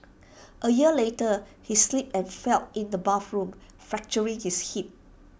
A year later he slipped and fell in the bathroom fracturing his hip